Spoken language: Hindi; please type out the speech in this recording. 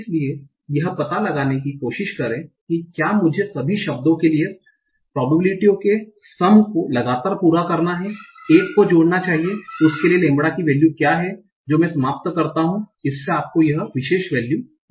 इसलिए यह पता लगाने की कोशिश करें कि क्या मुझे सभी शब्दों के लिए संभावनाओं के योग को लगातार पूरा करना है 1 को जोड़ना चाहिए उसके लिए लैम्ब्डा की वैल्यू क्या है जो मैं समाप्त करता हूं इससे आपको यह विशेष वैल्यू मिलेगी